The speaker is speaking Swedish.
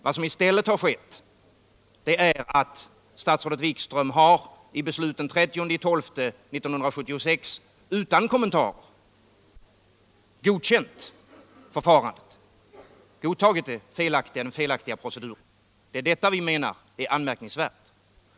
Vad som i stället har skett är att statsrådet Wikström i beslut den 13 december 1976 utan kommentar har godkänt förfarandet, har godtagit den felaktiga proceduren. Det är detta vi menar är anmärkningsvärt.